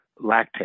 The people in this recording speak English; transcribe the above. Lactate